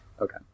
Okay